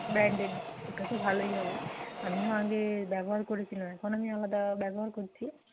branded ওটা তো ভালোই হবে আমিও আগে ব্যবহার করেছিলাম এখন আমি আলাদা ব্যবহার করছি